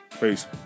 Peace